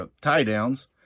tie-downs